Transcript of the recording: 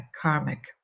karmic